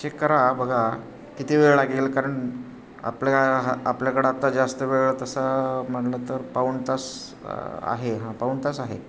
check करा बघा किती वेळ लागेल कारण आपल्याकडं हा आपल्याकडं आत्ता जास्त वेळ तसा म्हटलं तर पाऊण तास आहे हा पाऊण तास आहे